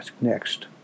next